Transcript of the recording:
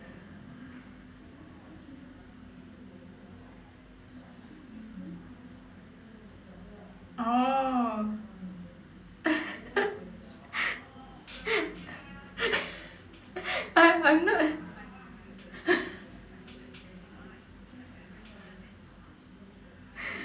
orh I'm I'm not a